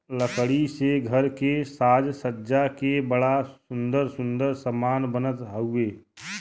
लकड़ी से घर के साज सज्जा के बड़ा सुंदर सुंदर समान बनत हउवे